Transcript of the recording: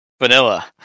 Vanilla